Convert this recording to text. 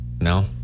No